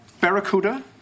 barracuda